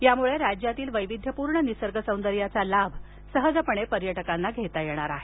यामुळे राज्यातील वैविध्यपूर्ण निसर्ग सौंदर्याचा लाभ सहजपणे पर्यटकांना घेता येईल